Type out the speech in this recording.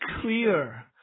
clear